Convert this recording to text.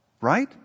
Right